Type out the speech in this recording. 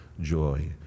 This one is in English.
joy